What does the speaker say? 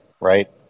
right